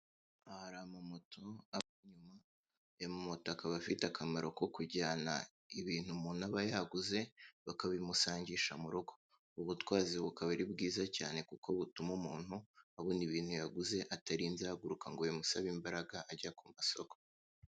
Aha hari amamoto, aho amamoto afite akamaro ko kujyana umuntu n'ibintu aba yaguze bakabimusangisha mu rugo. ub buryo bukaba ari bwiza cyane kuko butuma umuntu abona ibintu yaguze atarinze ahaguruka ngo bimusabe imbaraga ajya ku masoko.